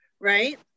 right